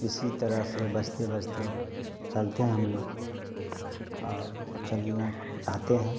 इसी तरह से बचते बचते चलते हैं हम लोग और चलना चाहते हैं